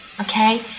Okay